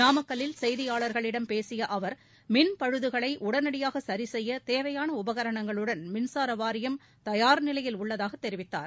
நாமக்கல்லில் செய்தியாளர்களிடம் பேசிய அவர் மின் பழுதுகளை உடனடியாக சிி செய்ய தேவையான உபகரணங்களுடன் மின்சார வாரியம் தயார் நிலையில் உள்ளதாக தெரிவித்தார்